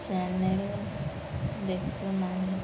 channel ଦେଖିନାହିଁ